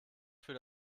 für